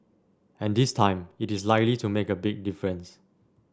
and this time it is likely to make a big difference